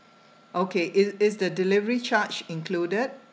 okay is is the delivery charge included